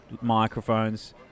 microphones